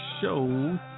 show